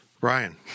Ryan